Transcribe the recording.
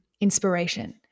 inspiration